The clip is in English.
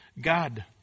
God